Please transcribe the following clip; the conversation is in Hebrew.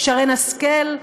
שרן השכל,